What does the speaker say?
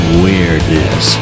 weirdness